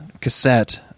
cassette